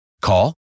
Call